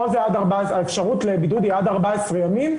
פה האפשרות לבידוד היא עד 14 ימים.